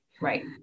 right